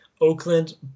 Oakland